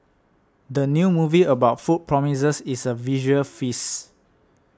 the new movie about food promises is a visual feast